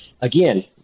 again